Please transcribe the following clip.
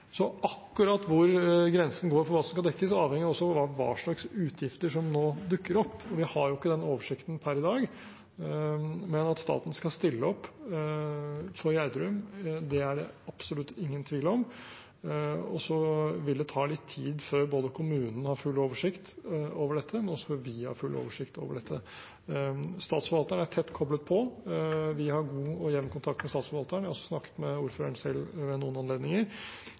Akkurat hvor grensen går for hva som skal dekkes, avhenger også av hva slags utgifter som nå dukker opp. Vi har ikke den oversikten per i dag, men at staten skal stille opp for Gjerdrum, er det absolutt ingen tvil om. Så vil det ta litt tid før både kommunen og vi har full oversikt over dette. Statsforvalteren er tett koblet på. Vi har god og jevn kontakt med statsforvalteren. Jeg har også snakket med ordføreren selv ved noen anledninger,